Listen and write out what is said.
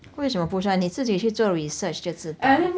为什么不算你自己去做 research 就知道